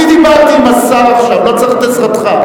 אני דיברתי עם השר עכשיו, לא צריך את עזרתך.